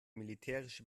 militärische